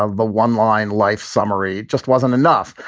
ah the one line life summary just wasn't enough.